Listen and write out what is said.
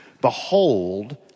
Behold